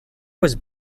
was